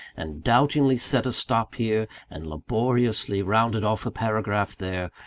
and doubtingly set a stop here, and laboriously rounded off a paragraph there,